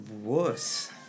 worse